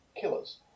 killers